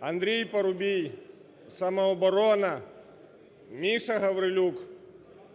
Андрій Парубій, "Самооборона", Міша Гаврилюк.